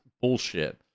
bullshit